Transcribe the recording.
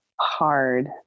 hard